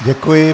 Děkuji.